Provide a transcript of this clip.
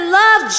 love